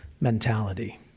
mentality